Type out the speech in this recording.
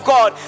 God